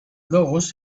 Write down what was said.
those